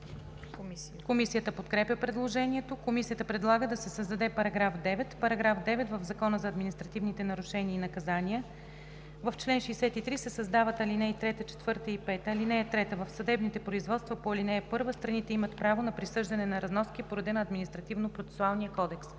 Комисията подкрепя предложението. Комисията предлага да се създаде § 9: „§ 9. В Закона за административните нарушения и наказания (обн., ДВ, бр. …) в чл. 63 се създават ал. 3, 4 и 5: „(3) В съдебните производства по ал. 1 страните имат право на присъждане на разноски по реда на Административнопроцесуалния кодекс.